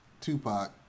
Tupac